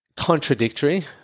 contradictory